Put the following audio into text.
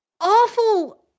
awful